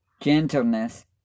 gentleness